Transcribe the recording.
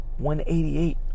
188